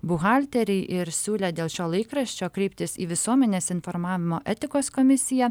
buhalterei ir siūlė dėl šio laikraščio kreiptis į visuomenės informavimo etikos komisiją